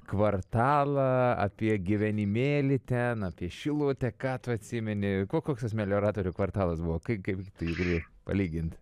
kvartalą apie gyvenimėlį ten apie šilutę ką tu atsimeni ko koks tas melioratorių kvartalas buvo kai kaip tu jį gali palygint